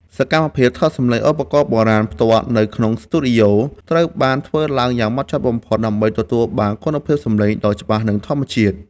សកម្មភាពថតសំឡេងឧបករណ៍បុរាណផ្ទាល់នៅក្នុងស្ទីឌីយ៉ូ ត្រូវបានធ្វើឡើងយ៉ាងម៉ត់ចត់បំផុត ដើម្បីទទួលបានគុណភាពសំឡេងដ៏ច្បាស់ និងធម្មជាតិ។